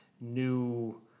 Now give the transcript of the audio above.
new